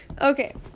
okay